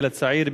הגיל הצעיר,